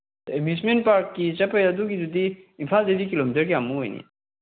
amusement ꯄꯥꯔꯛꯀꯤ ꯆꯠꯄꯩ ꯑꯗꯨꯒꯤꯗꯨꯗꯤ ꯏꯝꯐꯥꯜꯗꯩꯗꯤ ꯀꯤꯂꯣꯃꯤꯇꯔ ꯀꯌꯥꯃꯨꯛ ꯑꯣꯏꯅꯤ